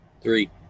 Three